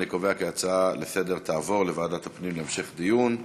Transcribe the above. אני קובע כי ההצעה לסדר-היום תעבור לוועדת הפנים להמשך דיון.